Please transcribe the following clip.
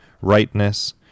rightness